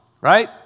right